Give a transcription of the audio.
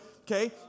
okay